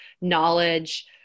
knowledge